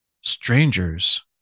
Strangers